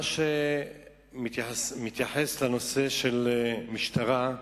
מה שמתייחס לנושא המשטרה,